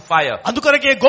fire